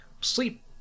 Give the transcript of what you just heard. sleep